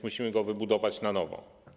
Musimy go wybudować na nowo.